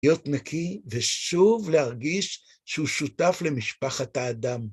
להיות נקי, ושוב להרגיש שהוא שותף למשפחת האדם.